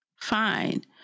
fine